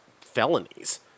felonies